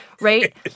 right